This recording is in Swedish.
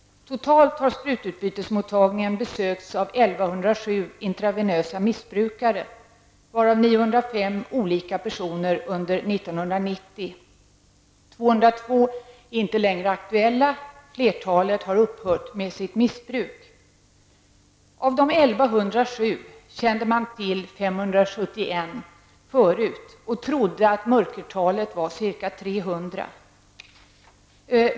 Totalt har sprututbytesmottagningen besökts av 1 107 olika personer under 1990. 202 är inte längre aktuella. Flertalet har upphört med sitt missbruk. Av de 1 107 kände man till 571 förut och trodde att mörkertalet var ca 300.